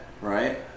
Right